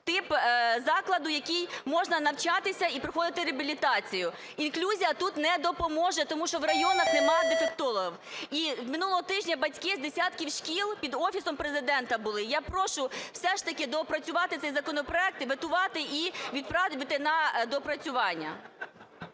тип закладу, в якому можна навчатися і проходити реабілітацію. Інклюзія тут не допоможе, тому що в районах нема дефектологів. І минулого тижня батьки з десятків шкіл під Офісом Президента були. Я прошу все ж таки доопрацювати цей законопроект і ветувати, і відправити на доопрацювання.